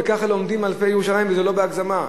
וככה לומדים אלפי ירושלמים, וזה לא בהגזמה.